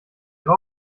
ihre